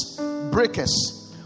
breakers